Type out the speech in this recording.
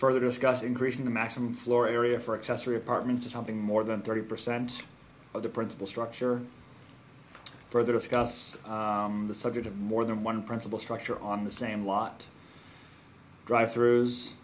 further discuss increasing the maximum floor area for accessory apartment to something more than thirty percent of the principal structure further discuss the subject of more than one principal structure on the same lot drive through